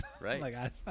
Right